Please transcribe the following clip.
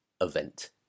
event